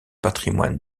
patrimoine